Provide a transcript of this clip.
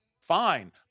fine